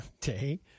day